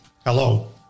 Hello